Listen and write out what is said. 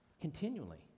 continually